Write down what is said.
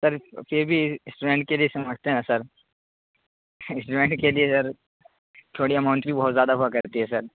سر کے بی اسٹوڈنٹ کے لیے سمجھتے ہیں سر اسٹوڈنٹ کے لیے سر تھوڑی اماؤنٹ بھی بہت زیادہ ہوا کرتی ہے سر